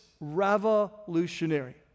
revolutionary